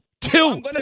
Two